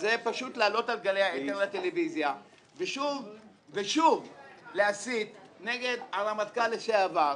זה לעלות על גלי האתר והטלוויזיה ושוב להסית נגד הרמטכ"ל לשעבר,